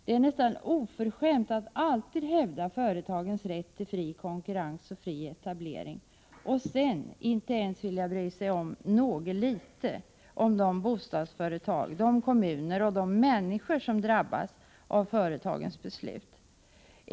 Det är nästan oförskämt att alltid hävda företagens rätt till fri konkurrens och fri etablering och sedan inte ens något litet vilja bry sig om de bostadsföretag, de kommuner och de människor som drabbas av företagens beslut.